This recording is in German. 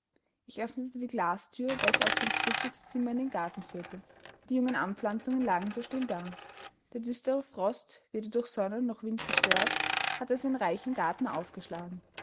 ich öffnete die glasthür welche aus dem frühstückszimmer in den garten führte die jungen anpflanzungen lagen so still da der düstere frost weder durch sonne noch wind gestört hatte sein reich im garten aufgeschlagen